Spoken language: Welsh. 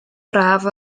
braf